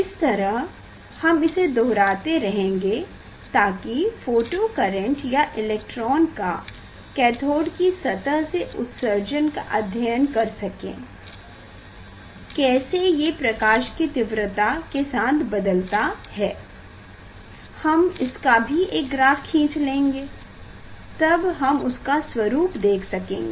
इस तरह हम इसे दोहराते रहेंगे ताकि फोटो करेंट या इलेक्ट्रॉन का कैथोड़ की सतह से उत्सर्जन का अध्ययन कर सकें कैसे ये प्रकाश की तीव्रता के साथ बदलता है हम इसका भी एक ग्राफ खींच लेंगे तब हम उसका स्वरूप देख सकेंगे